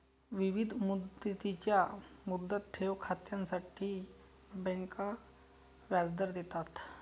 विविध मुदतींच्या मुदत ठेव खात्यांसाठी बँका व्याजदर देतात